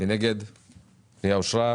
עד היום לא נפתרה הבעיה,